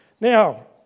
Now